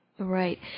Right